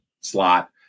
slot